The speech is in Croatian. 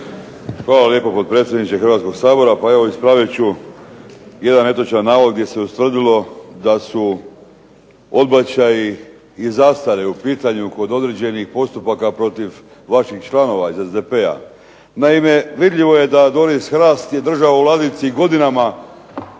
Hvala lijepo potpredsjedniče Hrvatskog sabora. Pa evo ispravit ću jedan netočan navod gdje se ustvrdilo da su odbačaji i zastare u pitanju kod određenih postupaka protiv vaših članova iz SDP-a. Naime vidljivo je da Doris Hrast je držala u ladici godinama